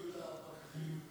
הבעיה, את הפקחים.